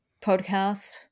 podcast